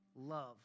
love